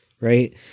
right